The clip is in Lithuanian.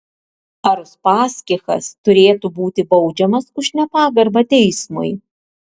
ar uspaskichas turėtų būti baudžiamas už nepagarbą teismui